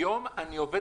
והיום אני עובד